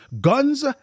Guns